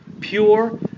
pure